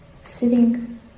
sitting